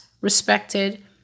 respected